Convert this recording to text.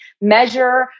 measure